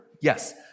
Yes